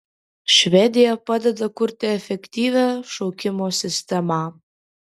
švedija padeda kurti efektyvią šaukimo sistemą